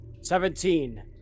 Seventeen